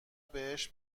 بهش